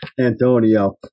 Antonio